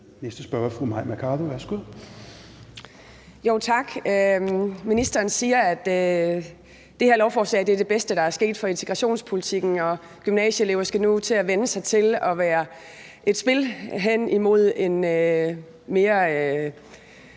Næste spørger er fru Mai Mercado. Værsgo. Kl. 10:26 Mai Mercado (KF): Tak. Ministeren siger, at det her lovforslag er det bedste, der er sket for integrationspolitikken. Gymnasieelever skal nu til at vænne sig til at indgå i et spil hen imod en mere